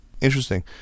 Interesting